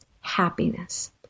happiness